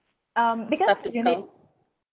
staff discount